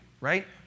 right